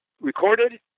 recorded